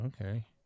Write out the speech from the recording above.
Okay